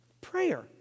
Prayer